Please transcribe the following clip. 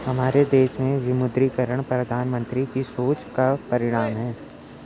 हमारे देश में विमुद्रीकरण प्रधानमन्त्री की सोच का परिणाम है